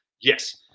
Yes